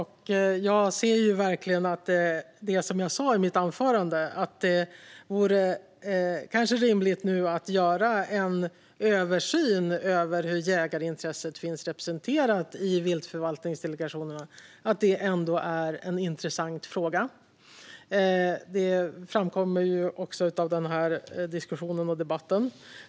Herr talman! Som jag sa i mitt anförande vore det kanske rimligt att nu göra en översyn av hur jägarintresset finns representerat i viltförvaltningsdelegationerna. Det är en intressant fråga, vilket också framgår av denna diskussion och debatt.